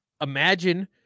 Imagine